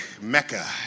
mecca